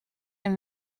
een